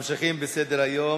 אנחנו ממשיכים בסדר-היום.